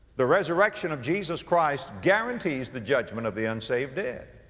the resurrection of jesus christ guarantees the judgment of the unsaved dead.